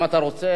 אם אתה רוצה,